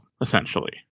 essentially